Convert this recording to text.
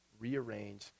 rearrange